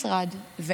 דרשנו את עמדת המשרד.